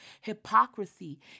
hypocrisy